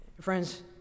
friends